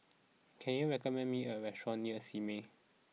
can you recommend me a restaurant near Simei